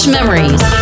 Memories